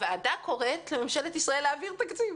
הוועדה קוראת לממשלה ישראל להעביר תקציב.